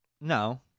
no